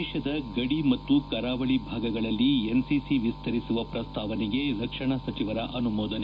ದೇಶದ ಗದಿ ಮತ್ತು ಕರಾವಳಿ ಭಾಗಗಳಲ್ಲಿ ಎನ್ಸಿಸಿ ವಿಸ್ತರಿಸುವ ಪ್ರಸ್ತಾವನೆಗೆ ರಕ್ಷಣಾ ಸಚಿವರ ಅನುಮೋದನೆ